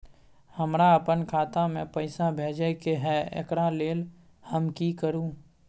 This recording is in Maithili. हमरा अपन खाता में पैसा भेजय के है, एकरा लेल हम की करू?